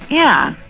yeah,